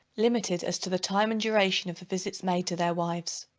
limited as to the time and duration of the visits made to their wives.